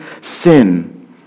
sin